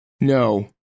No